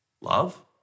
Love